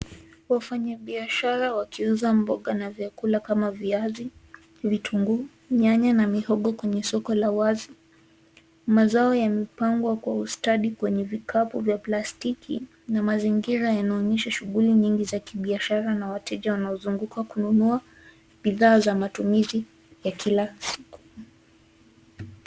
Wafanyabiashara wakiuza mboga na vyakula kama viazi, vitunguu, nyanya na mihogo kwenye soko la wazi. Mazao yamepangwa kwa ustadi kwenye vikapu vya plastiki na mazingira yanaonyesha shughuli nyingi za kibiashara na wateja wanaozunguka kununua bidhaa za matumizi ya kila siku.